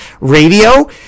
Radio